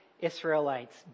Israelites